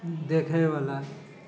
देखएवला